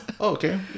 okay